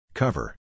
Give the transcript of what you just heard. Cover